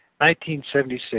1976